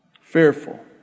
fearful